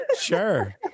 Sure